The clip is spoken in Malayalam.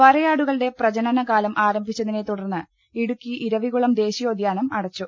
വരയാടുകളുടെ പ്രജനന കാലം ആരംഭിച്ചതിനെ തുടർന്ന് ഇടുക്കി ഇരവികുളം ദേശീയോദ്യാനം അടച്ചു